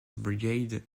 brigade